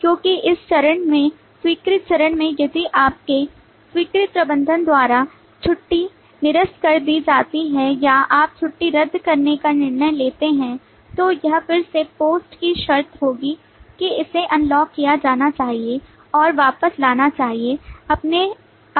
क्योंकि इस चरण में स्वीकृत चरण में यदि आपके स्वीकृत प्रबंधक द्वारा छुट्टी निरस्त कर दी जाती है या आप छुट्टी रद्द करने का निर्णय लेते हैं तो यह फिर से पोस्ट की शर्त होगी कि इसे अनलॉक किया जाना चाहिए और वापस जाना चाहिए अपने